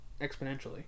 exponentially